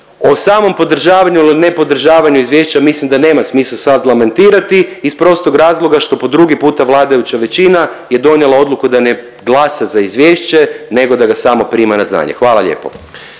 O samom podržavanju ili ne podržavanju izvješća mislim da nema smisla sad lamentirati iz prostog razloga što po drugi puta vladajuća većina je donijela odluku da ne glasa za izvješće nego da ga samo prima na znanje. Hvala lijepo.